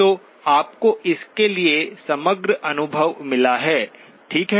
तो आपको इसके लिए समग्र अनुभव मिला है ठीक है